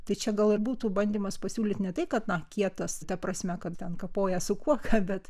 tai čia gal ir būtų bandymas pasiūlyt ne tai kad na kietas ta prasme kad ten kapoja su kuoka bet